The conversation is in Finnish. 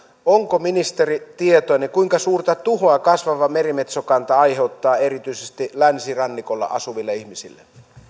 onko ministeri tietoinen kuinka suurta tuhoa kasvava merimetsokanta aiheuttaa erityisesti länsirannikolla asuville ihmisille